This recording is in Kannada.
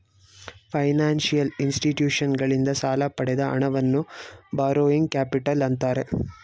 ಫೈನಾನ್ಸಿಯಲ್ ಇನ್ಸ್ಟಿಟ್ಯೂಷನ್ಸಗಳಿಂದ ಸಾಲ ಪಡೆದ ಹಣವನ್ನು ಬಾರೋಯಿಂಗ್ ಕ್ಯಾಪಿಟಲ್ ಅಂತ್ತಾರೆ